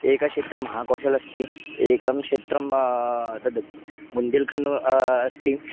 एकक्षेत्रे महाकौशलम् अस्ति एकं क्षेत्रं दद् मुन्दिल्खण्ड्व अस्ति